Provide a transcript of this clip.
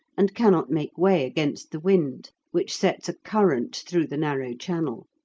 and cannot make way against the wind, which sets a current through the narrow channel.